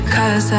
Cause